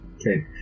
Okay